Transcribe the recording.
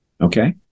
okay